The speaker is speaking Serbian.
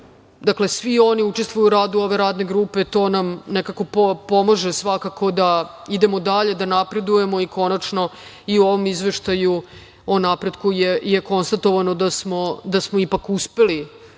Dakle, svi oni učestvuju u radu ove radne grupe. To nam nekako pomaže, svakako, da idemo dalje, da napredujemo i konačno i u ovom izveštaju o napretku je konstatovano da smo ipak uspeli